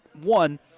one